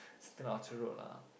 something like Orchard-Road lah